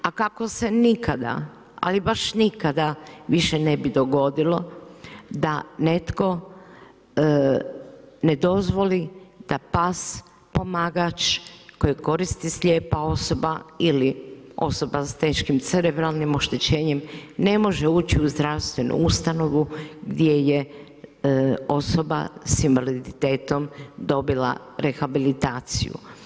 A kako se nikada, ali baš nikada više ne bi dogodilo da netko ne dozvoli da pas pomagač kojeg koristi slijepa osoba ili osoba s teškim cerebralnim oštećenjem ne može ući u zdravstvenu ustanovu gdje je osoba s invaliditetom dobila rehabilitaciju.